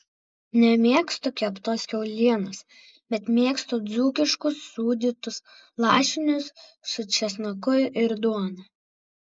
nemėgstu keptos kiaulienos bet mėgstu dzūkiškus sūdytus lašinius su česnaku ir duona